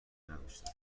نداشتند